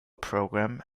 programme